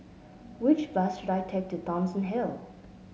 which bus should I take to Thomson Hill